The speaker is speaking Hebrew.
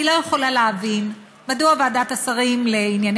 אני לא יכולה להבין מדוע ועדת השרים לענייני